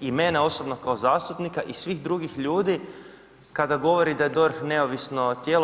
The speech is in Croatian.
i mene osobno kao zastupnika i svih drugih ljudi kada govori da je DORH neovisno tijelo.